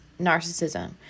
narcissism